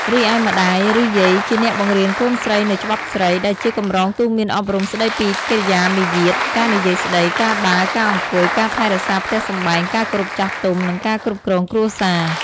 រីឯ ម្តាយ ឬយាយជាអ្នកបង្រៀនកូនស្រីនូវ ច្បាប់ស្រី ដែលជាកម្រងទូន្មានអប់រំស្តីពីកិរិយាមារយាទ ការនិយាយស្តី ការដើរ ការអង្គុយ ការថែរក្សាផ្ទះសម្បែង ការគោរពចាស់ទុំ និងការគ្រប់គ្រងគ្រួសារ។